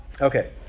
Okay